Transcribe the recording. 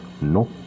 no